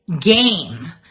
game